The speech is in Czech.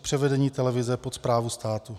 Převedení televize pod správu státu.